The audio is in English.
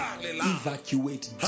evacuate